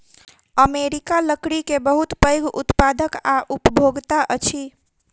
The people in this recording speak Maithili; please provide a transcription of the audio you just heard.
अमेरिका लकड़ी के बहुत पैघ उत्पादक आ उपभोगता अछि